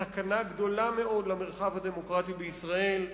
סכנה גדולה מאוד למרחב הדמוקרטי בישראל.